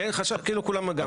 כאילו כולם גנבים.